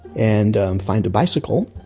and find a bicycle,